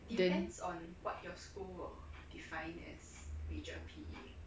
then